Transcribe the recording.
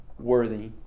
Worthy